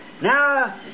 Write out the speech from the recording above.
now